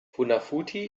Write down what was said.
funafuti